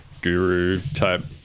guru-type